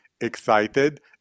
Excited